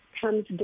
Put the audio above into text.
comes